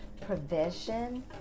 provision